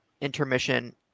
intermission